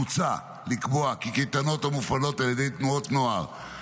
מוצע לקבוע כי קייטנות המופעלות על ידי תנועות נוער,